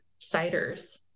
ciders